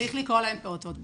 צריך לקרוא להם פעוטות בוגרים.